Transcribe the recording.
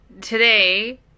today